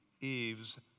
Eve's